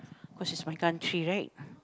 cause it's my country right